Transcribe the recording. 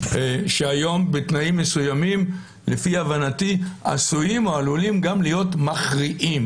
שהיום בתנאים מסוימים לפי הבנתי עשויים או עלולים גם להיות מכריעים.